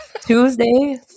Tuesday